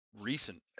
recent